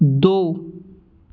दो